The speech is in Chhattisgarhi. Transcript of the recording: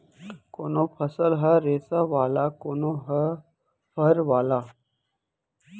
कोनो फसल ह रेसा वाला, कोनो ह फर वाला